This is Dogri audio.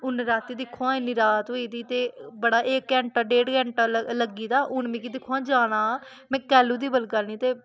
हून राती दिक्खो हां इन्नी रात होई दी ते बड़ा इक घैंटा डेढ़ घैंटा लग्गी गेदा ते हून मिगी दिक्खो हां जाना में कैल्लु दी बलगा नी ते